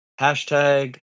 Hashtag